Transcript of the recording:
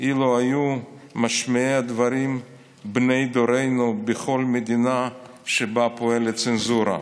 אילו היו משמיעי הדברים בני דורנו בכל מדינה שבה פועלת צנזורה.